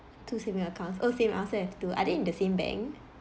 two saving accounts oh same I also have two are they in the same bank